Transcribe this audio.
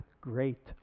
great